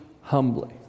humbly